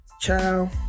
Ciao